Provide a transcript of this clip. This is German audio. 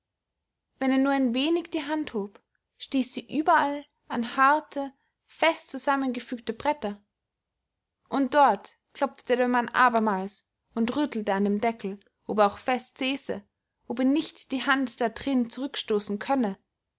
wenn er nur ein wenig die hand hob stieß sie überall an harte fest zusammengefügte bretter und dort klopfte der mann abermals und rüttelte an dem deckel ob er auch fest säße ob ihn nicht die hand da drin zurückstoßen könne